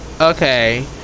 Okay